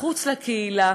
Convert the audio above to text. מחוץ לקהילה,